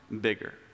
bigger